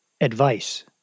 advice